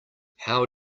how